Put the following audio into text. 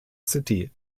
city